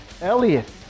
elliot